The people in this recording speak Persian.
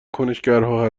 کنشگرها